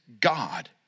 God